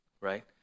right